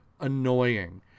annoying